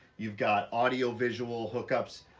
you've got audio, visual hookups,